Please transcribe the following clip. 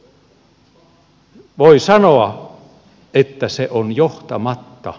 voi sanoa että se on johtamatta